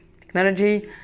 technology